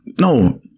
No